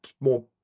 more